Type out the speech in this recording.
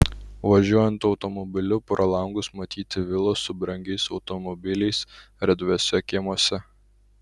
važiuojant automobiliu pro langus matyti vilos su brangiais automobiliais erdviuose kiemuose